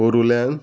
ओरुल्यान